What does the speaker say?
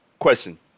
question